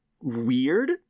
weird